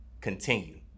continue